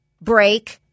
break